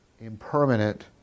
impermanent